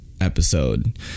episode